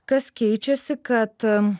kas keičiasi kad